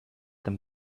them